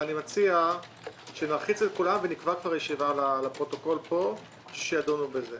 אני מציעה שנלחיץ את כולם ונקבע כבר ישיבה פה כדי לדון בזה.